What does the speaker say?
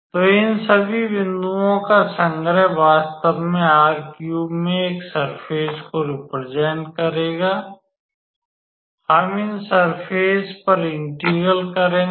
तो इन सभी बिंदुओं का संग्रह वास्तव में में एक सर्फ़ेस को रिप्रेसेंट करेगा हम इन सर्फ़ेस पर इंटेग्रल करेंगे